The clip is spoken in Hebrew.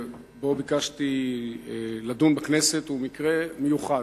שביקשתי לדון בו בכנסת, הוא מקרה מיוחד,